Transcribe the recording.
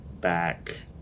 back